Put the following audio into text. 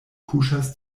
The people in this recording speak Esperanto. kuŝas